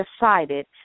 decided